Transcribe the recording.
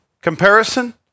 Comparison